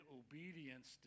obedience